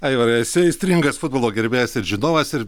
aivarai esi aistringas futbolo gerbėjas ir žinovas ir